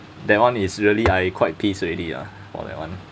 that one is really I quite piss already ah for that one